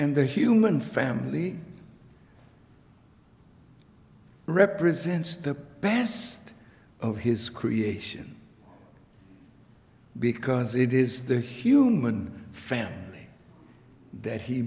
and the human family represents the best of his creation because it is the human family that he